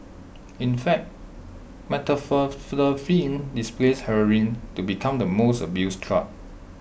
in fact methamphetamine displaced heroin to become the most abused drug